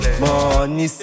money